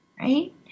Right